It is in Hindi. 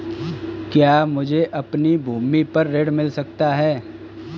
क्या मुझे अपनी भूमि पर ऋण मिल सकता है?